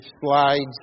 slides